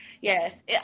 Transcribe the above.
Yes